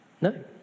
No